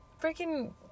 freaking